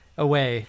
Away